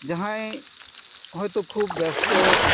ᱡᱟᱦᱟᱸᱭ ᱦᱳᱭᱛᱚ ᱠᱷᱩᱵ ᱵᱮᱥᱛᱚ